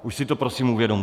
Už si to prosím uvědomte.